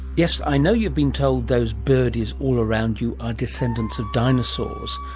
yes, i know you've been told those birdies all around you are descendants of dinosaurs,